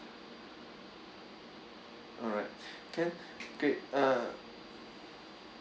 alright can great uh